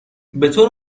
بطور